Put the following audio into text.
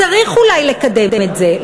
צריך אולי לקדם את זה,